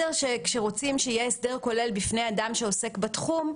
כשרוצים שיהיה הסדר כולל בפני אדם שעוסק בתחום,